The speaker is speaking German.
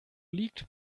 liegt